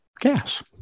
gas